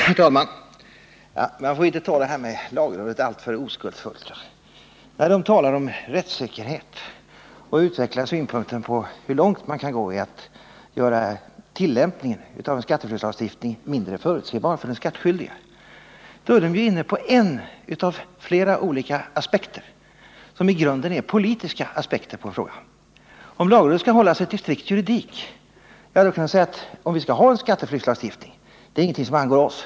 Herr talman! Man får inte se på lagrådets uppgift alltför oskuldsfullt. När lagrådet talar om rättssäkerhet och utvecklar synpunkten på hur långt man kan gå i att göra tillämpningen av en skatteflyktslagstiftning mindre förutsebar för den skattskyldige, är lagrådet inne på en av flera olika aspekter, som i grunden är politiska aspekter på frågan. Om lagrådet skall hålla sig till strikt juridik, kan man säga att om vi skall ha en skatteflyktslagstiftning, det är ingenting som angår oss.